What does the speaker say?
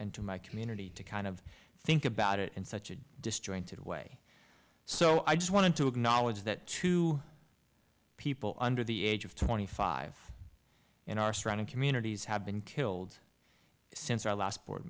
and to my community to kind of think about it in such a destroying to way so i just wanted to acknowledge that to people under the age of twenty five in our stride and communities have been killed since our last board